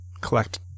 collect